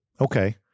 Okay